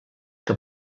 que